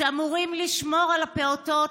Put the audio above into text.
שאמורים לשמור על הפעוטות,